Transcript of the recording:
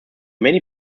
many